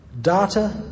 data